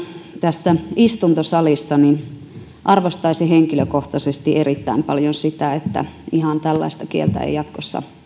tässä istuntosalissa niin arvostaisin henkilökohtaisesti erittäin paljon sitä että ihan tällaista kieltä ei jatkossa